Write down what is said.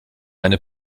eine